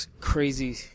crazy